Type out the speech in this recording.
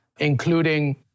including